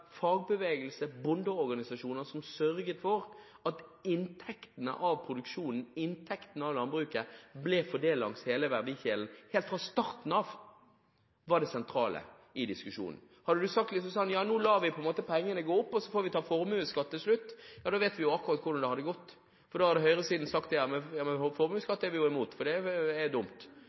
fagbevegelse og bondeorganisasjoner, som sørget for at inntektene av produksjonen og inntektene av landbruket ble fordelt langs hele verdikjeden helt fra starten av, var det sentrale i diskusjonen. Hadde en sagt at nå lar vi på en måte pengene gå opp, og så får vi ta formuesskatt til slutt, vet vi akkurat hvordan det hadde gått. Da hadde høyresiden sagt at formuesskatt er vi imot, for det er dumt,